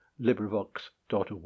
LibriVox.org